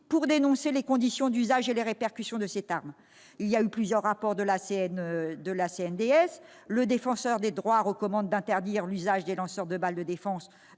pour dénoncer les conditions d'usage et les répercussions du LBD 40. Après plusieurs rapports de la CNDS, le Défenseur des droits recommande d'interdire l'usage des lanceurs de balles de défense